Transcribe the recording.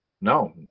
No